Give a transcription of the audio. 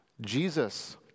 Jesus